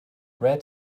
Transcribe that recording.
red